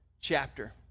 chapter